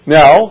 now